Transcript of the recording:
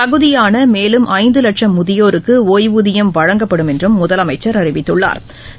தகுதியாள மேலும் ஐந்து லட்சம் முதியோருக்கு ஓய்வூதியம் வழங்கப்படும் என்றும் முதலமைச்சா் அறிவித்துள்ளா்